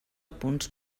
punts